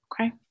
Okay